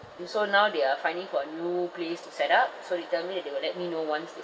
they so now they are finding for a new place to set up so they tell me that they will let me know once they